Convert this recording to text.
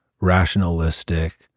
rationalistic